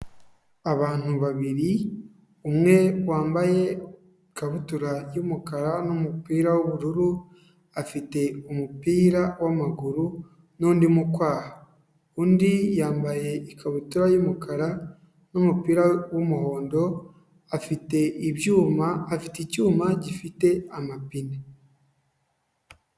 Abantu babiri, umwe wambaye ikabutura y'umukara n'umupira w'ubururu, afite umupira w'amaguru n'undi mu kwaha, undi yambaye ikabutura y'umukara n'umupira w'umuhondo, afite ibyuma, afite icyuma gifite amapine.